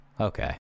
Okay